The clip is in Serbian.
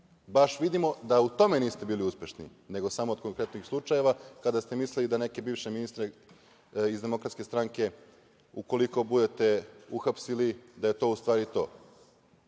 baš vidimo da u tome niste bili uspešni, nego samo kod konkretnih slučajeva kada ste mislili da neke bivše ministre iz DS, ukoliko budete uhapsili, da je to u stvari